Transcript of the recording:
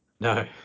No